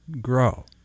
grow